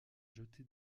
jeté